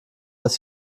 dass